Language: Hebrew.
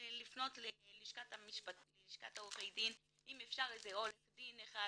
לפנות ללשכת עורכי הדין, אם אפשר שעורך דין יבוא